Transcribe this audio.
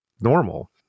normal